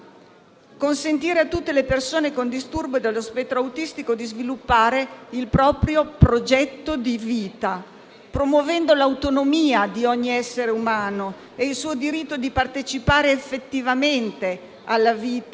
consentire a tutte le persone con disturbo dello spettro autistico di sviluppare il proprio progetto di vita, promuovendo l'autonomia di ogni essere umano e il suo diritto di partecipare effettivamente alla vita, a